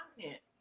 content